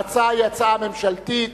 ההצעה היא הצעה ממשלתית,